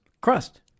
crust